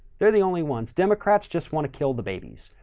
they're the only ones democrats just want to kill the babies.